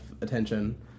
attention